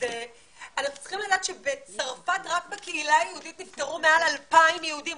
אנחנו צריכים לדעת שבצרפת רק בקהילה היהודית נפטרו מעל 2,000 יהודים.